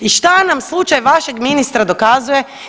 I šta nam slučaj vašeg ministra dokazuje?